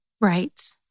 Right